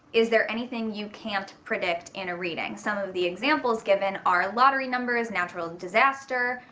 is there anything you can't predict in a reading? some of the examples given are lottery numbers. natural disaster.